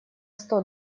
сто